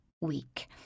week